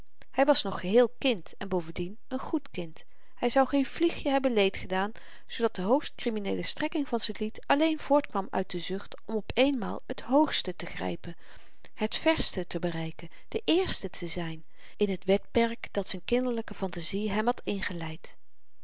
hy was nog geheel kind en bovendien n goed kind hy zou geen vliegje hebben leedgedaan zoodat de hoogst krimineele strekking van z'n lied alleen voortkwam uit de zucht om op eenmaal t hoogste te grypen het verste te bereiken de eerste te zyn in t wedperk dat z'n kinderlyke fantazie hem had ingeleid